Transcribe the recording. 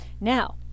now